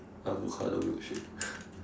avocado milkshake